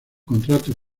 contrato